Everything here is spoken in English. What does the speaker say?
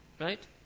Right